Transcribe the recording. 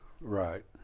Right